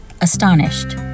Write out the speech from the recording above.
astonished